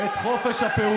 אני מייצר לכם את חופש הפעולה,